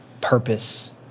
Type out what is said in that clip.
purpose